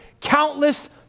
countless